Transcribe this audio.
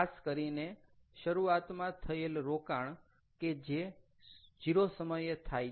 ખાસ કરીને શરૂઆતમાં થયેલ રોકાણ કે જે 0 સમયે થાય છે